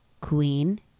Queen